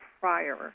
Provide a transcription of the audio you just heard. prior